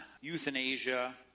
euthanasia